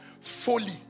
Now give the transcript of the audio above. folly